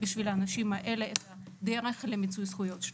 בשביל האנשים האלה את הדרך למיצוי זכויות.